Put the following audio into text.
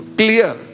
clear